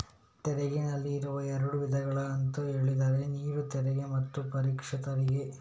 ತೆರಿಗೆನಲ್ಲಿ ಇರುವ ಎರಡು ವಿಧಗಳು ಅಂತ ಹೇಳಿದ್ರೆ ನೇರ ತೆರಿಗೆ ಮತ್ತೆ ಪರೋಕ್ಷ ತೆರಿಗೆ